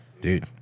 dude